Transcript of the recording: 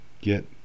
get